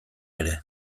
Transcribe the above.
ere